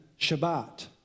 Shabbat